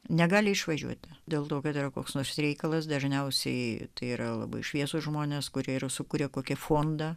negali išvažiuoti dėl to kad yra koks nors reikalas dažniausiai tai yra labai šviesūs žmonės kurie ir sukuria kokį fondą